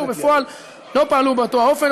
ובפועל לא פעלו באותו האופן,